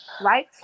right